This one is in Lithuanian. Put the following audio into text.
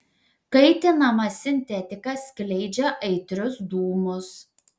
kaitinama sintetika skleidžia aitrius dūmus